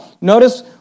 notice